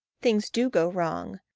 things do go wrong.